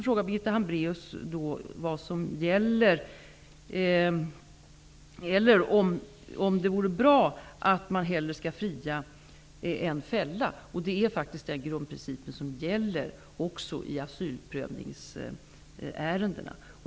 Birgitta Hambraeus frågade om det inte vore bättre att hellre fria än fälla. Grundprincipen att man hellre skall fria än fälla gäller faktiskt även i asylprövningsärenden.